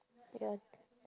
ya